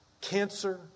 Cancer